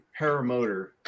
paramotor